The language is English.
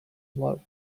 love